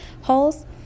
holes